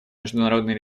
международный